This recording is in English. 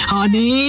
Honey